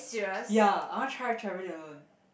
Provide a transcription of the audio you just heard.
ya I want to try travelling alone